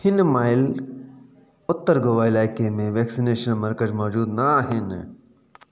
हिन महिल उत्तर गोवा इलाइक़े में वैक्सनेशन मर्कज़ु मौजूदु न आहिनि